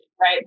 right